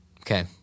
Okay